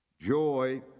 joy